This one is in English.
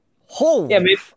Holy